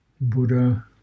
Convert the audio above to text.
Buddha